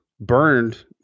burned